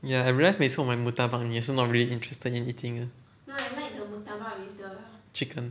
ya I realised 我每次买 murtabak 你也是 not really interested in eating ah chicken